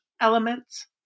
elements